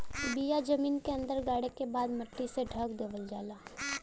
बिया जमीन के अंदर गाड़े के बाद मट्टी से ढक देवल जाला